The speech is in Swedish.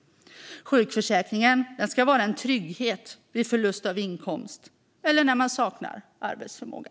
Sjukförsäkringen ska vara en trygghet vid förlust av inkomst eller när man saknar arbetsförmåga.